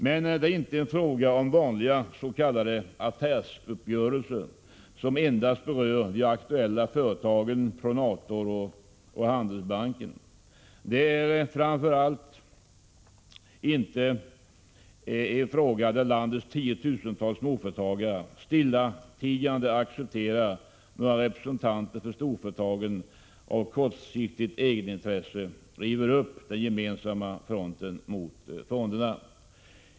Det är emellertid inte fråga om vanliga s.k. affärsuppgörelser som endast berör de aktuella företagen Pronator och Handelsbanken. Detta är framför allt inte en fråga där landets tiotusentals småföretagare stillatigande accepterar att några representanter för storföretagen av kortsiktigt egenintresse driver upp den gemensamma fronten mot fonderna. Herr talman!